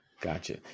Gotcha